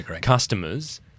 customers